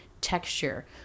texture